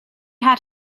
had